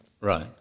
Right